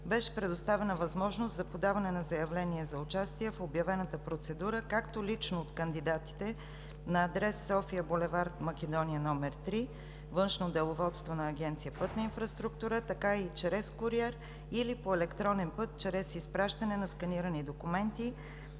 беше предоставена възможност за подаване на заявления за участие в обявената процедура както лично от кандидатите на адрес: София, бул. „Македония“ № 3, „Външно деловодство“ на Агенция „Пътна инфраструктура“, така и чрез куриер или по електронен път чрез изпращане на сканирани документи